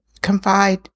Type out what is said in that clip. confide